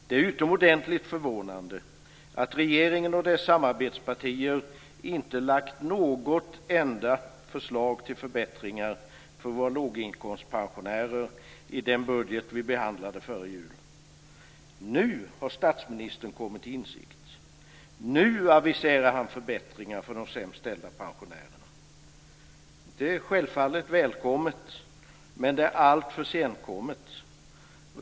Det är utomordentligt förvånande att regeringen och dess samarbetspartier inte lagt fram något enda förslag till förbättringar för våra låginkomstpensionärer i den budget vi behandlade före jul. Först nu har statsministern kommit till insikt. Nu aviserar han förbättringar för de sämst ställda pensionärerna. Det är självfallet välkommet, men det är alltför senkommet.